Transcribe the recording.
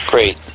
Great